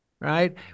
Right